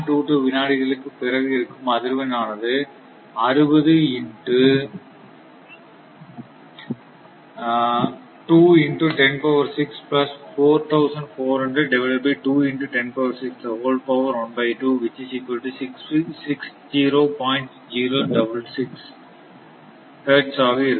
22 வினாடிகளுக்கு பிறகு இருக்கும் அதிர்வெண் ஆனதுஹெர்ட்ஸ் ஆக இருக்கும்